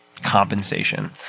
compensation